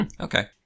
Okay